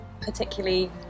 particularly